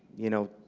you know,